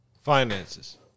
finances